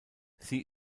sie